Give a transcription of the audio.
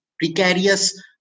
precarious